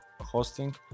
hosting